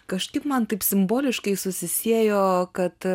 kažaip man taip simboliškai susisiejo kad